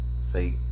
say